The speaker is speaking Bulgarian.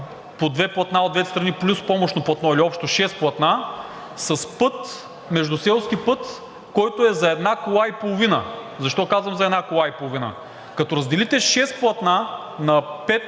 по две платна от двете страни, плюс помощно платно, или общо шест платна, с междуселски път, който е за една кола и половина. Защо казвам за една кола и половина? Като разделите шест платна на